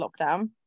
lockdown